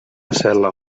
cel·la